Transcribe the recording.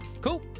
Cool